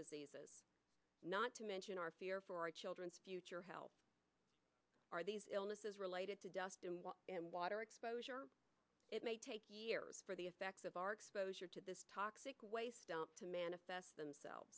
diseases not to mention our fear for our children's future health are these illnesses related to dust and water exposure it may take years for the effects of our exposure to this toxic waste dump to manifest themselves